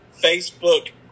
Facebook